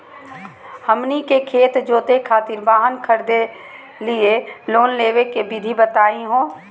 हमनी के खेत जोते खातीर वाहन खरीदे लिये लोन लेवे के विधि बताही हो?